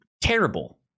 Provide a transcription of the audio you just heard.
Terrible